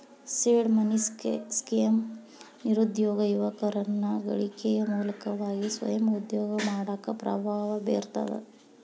seed money scheme ನಿರುದ್ಯೋಗಿ ಯುವಕರನ್ನ ಗಳಿಕೆಯ ಮೂಲವಾಗಿ ಸ್ವಯಂ ಉದ್ಯೋಗ ಮಾಡಾಕ ಪ್ರಭಾವ ಬೇರ್ತದ